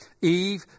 Eve